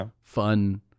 fun